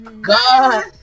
god